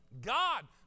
God